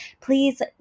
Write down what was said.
please